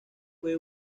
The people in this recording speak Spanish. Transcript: fue